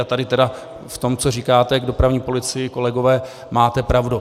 A tady tedy v tom, co říkáte k dopravní policii, kolegové, máte pravdu.